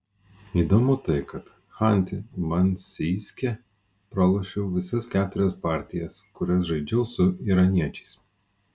įdomu tai kad chanty mansijske pralošiau visas keturias partijas kurias žaidžiau su iraniečiais